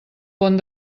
pont